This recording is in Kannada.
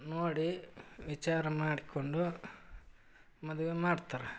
ನೋಡಿ ವಿಚಾರ ಮಾಡಿಕೊಂಡು ಮದುವೆ ಮಾಡ್ತಾರೆ